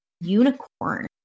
unicorn